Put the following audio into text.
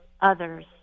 others